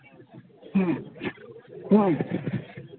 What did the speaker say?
ᱦᱮᱸ ᱦᱮᱸ